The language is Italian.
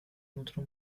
nutre